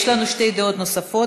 יש לנו שתי הבעות דעה נוספות.